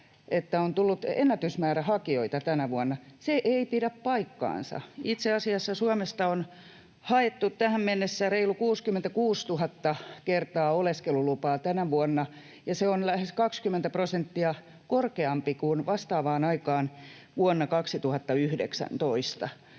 että on tullut ennätysmäärä hakijoita tänä vuonna. Se ei pidä paikkaansa. Itse asiassa Suomesta on haettu tähän mennessä reilu 66 000 kertaa oleskelulupaa tänä vuonna, ja se on lähes 20 prosenttia korkeampi kuin vastaavaan aikaan vuonna 2019.